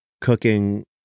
cooking